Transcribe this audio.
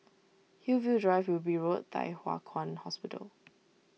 Hillview Drive Wilby Road Thye Hua Kwan Hospital